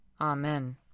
Amen